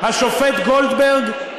השופט גולדברג,